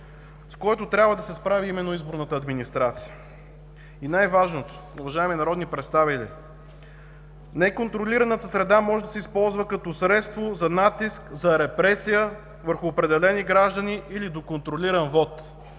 с който трябва да се справи именно изборната администрация. И най-важното, уважаеми народни представители, неконтролираната среда може да се използва като средство за натиск, за репресия върху определени граждани или до контролиран вот.